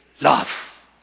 love